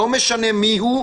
לא משנה מי הוא,